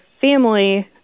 family